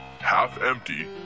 half-empty